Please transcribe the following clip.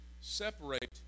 separate